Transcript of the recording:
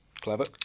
Clever